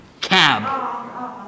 Cab